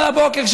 על הבוקר,